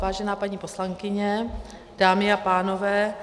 Vážená paní poslankyně, dámy a pánové.